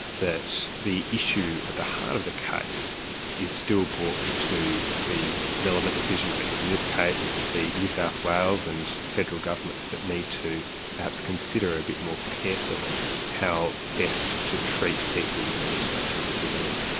that the issue at the heart of the case is still brought to the relevant decision-makers. in this case it's the new south wales and federal governments that need to perhaps consider a bit more carefully how best to treat people with an intellectual disability.